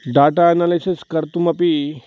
data analysis कर्तुमपि